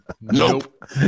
Nope